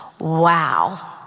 Wow